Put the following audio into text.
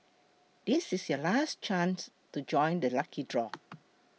this is your last chance to join the lucky draw